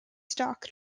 stock